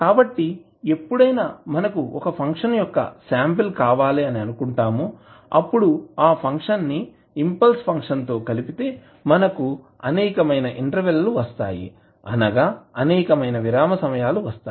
కాబట్టి ఎప్పుడైనా మనకు ఒక ఫంక్షన్ యొక్క శాంపిల్ కావాలి అని అనుకుంటామో అప్పుడు ఆ ఫంక్షన్ ని ఇంపల్స్ ఫంక్షన్ తో కలిపితే మనకు అనేకమైన ఇంటర్వెల్ లు వస్తాయి అనగా అనేకమైన విరామ సమయాలు వస్తాయి